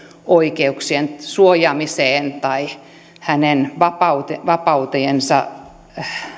oikeuksien suojaamiseen tai hänen vapautensa vapautensa